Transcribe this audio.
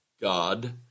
God